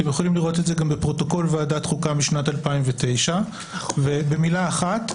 אתם יכולים לראות את זה גם בפרוטוקול ועדת החוקה משנת 2009. במילה אחת,